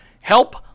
Help